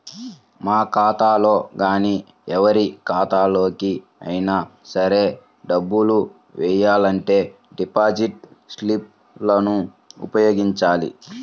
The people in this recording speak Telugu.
మన ఖాతాలో గానీ ఎవరి ఖాతాలోకి అయినా సరే డబ్బులు వెయ్యాలంటే డిపాజిట్ స్లిప్ లను ఉపయోగించాలి